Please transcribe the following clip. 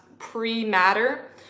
pre-matter